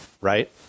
right